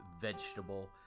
vegetable